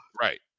right